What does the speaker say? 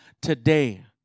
today